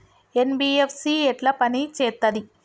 NBFC ఎట్ల పని చేత్తది?